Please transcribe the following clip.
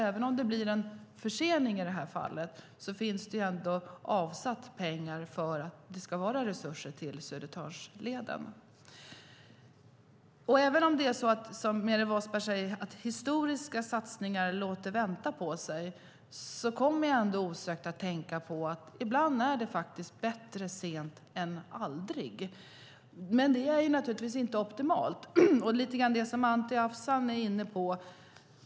Även om det blir en försening i det här fallet finns det ändå avsatt pengar för att det ska vara resurser till Södertörnsleden. Även om det är så som Meeri Wasberg säger att historiska satsningar låter vänta på sig kommer jag ändå osökt att tänka på att det ibland är bättre sent än aldrig. Men det är inte optimalt. Det är lite grann det som Anti Avsan nu är inne på.